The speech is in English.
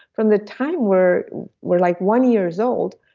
from the time we're we're like one years old,